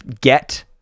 get